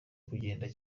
kugenda